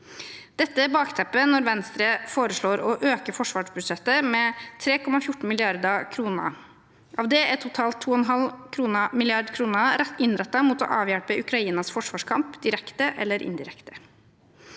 Dette er bakteppet når Venstre foreslår å øke forsvarsbudsjettet med 3,14 mrd. kr. Av det er totalt 2,5 mrd. kr innrettet mot å avhjelpe Ukrainas forsvarskamp direkte eller indirekte.